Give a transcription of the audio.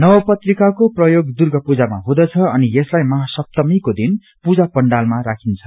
नवपत्रिकाको प्रयोग दुर्गा पूजामा हुँदछ अनि यसलाइ महासप्तमीको दिन पूजा पण्डालमा राखिन्छ